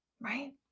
right